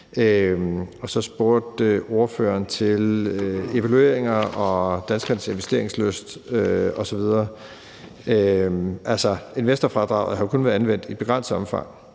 Så spurgte spørgeren til evalueringer og danskernes investeringslyst osv. Altså, investorfradraget har jo kun været anvendt i begrænset omfang